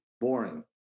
boring